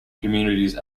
communists